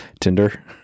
Tinder